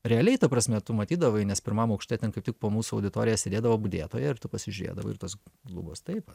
realiai ta prasme tu matydavai nes pirmam aukšte ten kaip tik po mūsų auditorija sėdėdavo budėtoja ir tu pasižiūrėdavai ir tos lubos taip vat